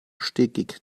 stickig